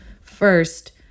first